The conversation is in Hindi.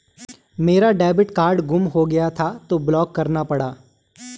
मेरा डेबिट कार्ड गुम हो गया था तो ब्लॉक करना पड़ा